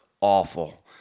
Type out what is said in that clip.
awful